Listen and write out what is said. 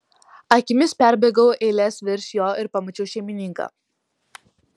akimis perbėgau eiles virš jo ir pamačiau šeimininką